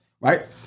Right